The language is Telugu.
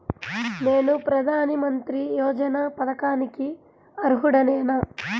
నేను ప్రధాని మంత్రి యోజన పథకానికి అర్హుడ నేన?